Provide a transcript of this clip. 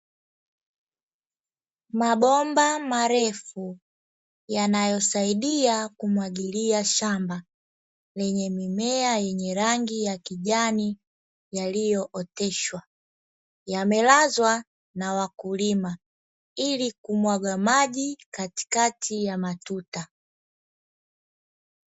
Mabomba marefu yanayosaidia kumwagilia shamba lenye mimea yenye rangi ya kijani yaliyooteshwa yamelazwa na wakulima ili kumwaga maji katikati ya matunda